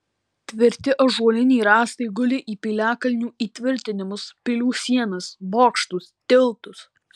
tvirti ąžuoliniai rąstai gulė į piliakalnių įtvirtinimus pilių sienas bokštus tiltus